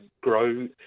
grow